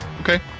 Okay